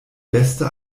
beste